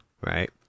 right